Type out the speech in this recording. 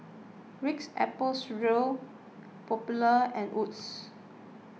Ritz Apple Strudel Popular and Wood's